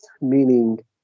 meaning